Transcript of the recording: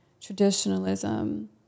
traditionalism